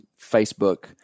Facebook